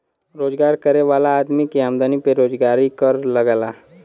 रोजगार करे वाला आदमी के आमदमी पे रोजगारी कर लगला